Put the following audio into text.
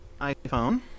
iPhone